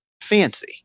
fancy